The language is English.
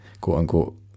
quote-unquote